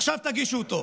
עכשיו תגישו אותו,